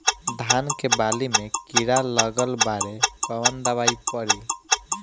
धान के बाली में कीड़ा लगल बाड़े कवन दवाई पड़ी?